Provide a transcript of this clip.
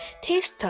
taste